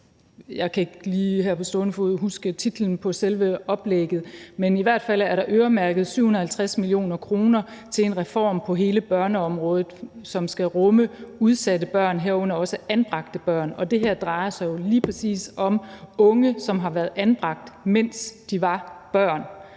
stående fod huske titlen på selve oplægget, men i hvert fald er der øremærket 750 mio. kr. til en reform på hele børneområdet, som skal rumme udsatte børn, herunder også anbragte børn. Og det her drejer sig jo lige præcis om unge, som har været anbragt, mens de var børn.